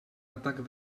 atac